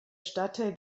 stadtteil